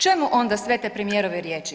Čemu onda sve te premijerove riječi?